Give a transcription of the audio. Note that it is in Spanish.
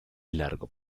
largo